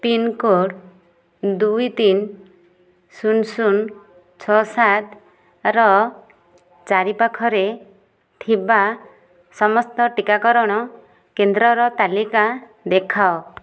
pincode ଦୁଇ ତିନି ଶୂନ ଶୂନ ଛଅ ସାତ ର ଚାରିପାଖରେ ଥିବା ସମସ୍ତ ଟିକାକରଣ କେନ୍ଦ୍ରର ତାଲିକା ଦେଖାଅ